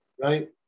Right